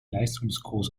leistungskurs